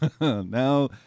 Now